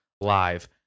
live